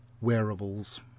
wearables